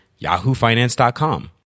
yahoofinance.com